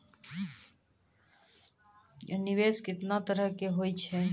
निवेश केतना तरह के होय छै?